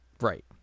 right